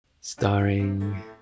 Starring